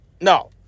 No